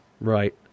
right